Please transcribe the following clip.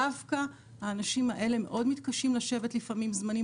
דווקא האנשים האלה מתקשים מאוד לשבת לפעמים זמנים